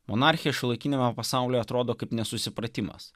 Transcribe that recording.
monarchė šiuolaikiniame pasaulyje atrodo kaip nesusipratimas